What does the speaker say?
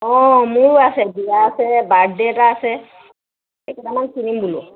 অঁ মোৰো আছে বিয়া আছে বাৰ্থডে এটা আছে এই কেইটামান কিনিম বোলো